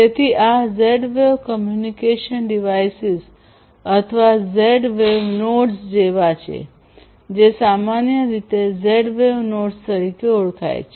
તેથી આ Z wave communication devices અથવા ઝેડ વેવ નોડ્સ જેવા છે જે સામાન્ય રીતે ઝેડ વેવ નોડ્સ તરીકે ઓળખાય છે